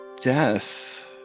death